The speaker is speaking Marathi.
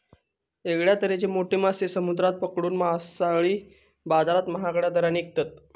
वेगळ्या तरेचे मोठे मासे समुद्रात पकडून मासळी बाजारात महागड्या दराने विकतत